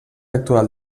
actual